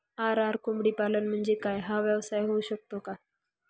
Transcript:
RR कोंबडीपालन म्हणजे काय? हा व्यवसाय होऊ शकतो का?